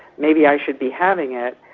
maybe i should be having it',